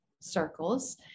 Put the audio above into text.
circles